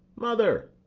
mother!